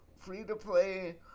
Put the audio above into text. free-to-play